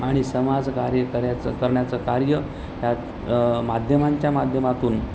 आणि समाज कार्य करायचं करण्याचं कार्य ह्यात माध्यमांच्या माध्यमातून